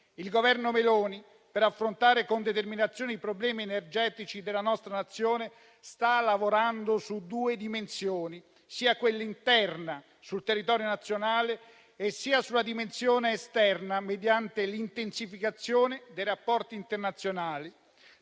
Il Governo Meloni, per affrontare con determinazione i problemi energetici della nostra Nazione, sta lavorando su due dimensioni: sia quella interna, sul territorio nazionale, sia quella esterna, mediante l'intensificazione dei rapporti internazionali.